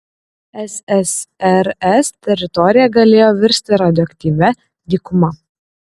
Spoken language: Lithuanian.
ssrs teritorija galėjo virsti radioaktyvia dykuma